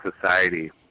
society